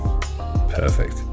Perfect